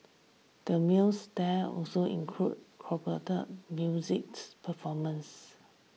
the meals there also include music performances